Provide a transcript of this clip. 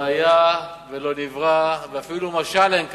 לא היה ולא נברא, ואפילו משל אין כאן.